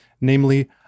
namely